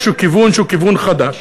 איזה כיוון שהוא כיוון חדש.